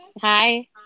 Hi